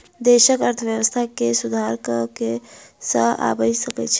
देशक अर्थव्यवस्था में सुधार कर सॅ आइब सकै छै